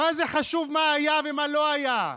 מה זה חשוב מה היה ומה לא היה?